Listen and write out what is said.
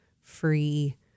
free